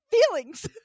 feelings